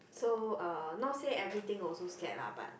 so uh not say everything also scared lah but